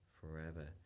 forever